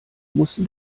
musste